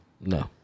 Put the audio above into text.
No